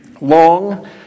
long